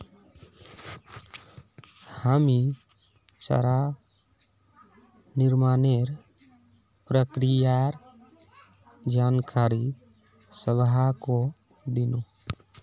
हामी चारा निर्माणेर प्रक्रियार जानकारी सबाहको दिनु